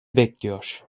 bekliyor